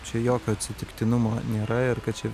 čia jokio atsitiktinumo nėra ir kad čia